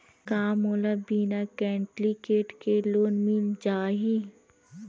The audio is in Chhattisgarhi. का मोला बिना कौंटलीकेट के लोन मिल जाही?